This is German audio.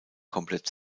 komplett